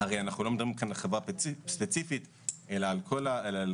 אנחנו לא מדברים כאן על חברה ספציפית אלא על כל החברות.